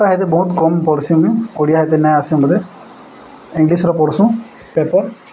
ପୁରା ହେତେ ବହୁତ କମ୍ ପଢ଼ସି ମୁଇଁ ଓଡ଼ିଆ ହେତେ ନାଇଁ ଆସେ ବୋଲେ ଇଂଲିଶ୍ର ପଢ଼ସୁଁ ପେପର୍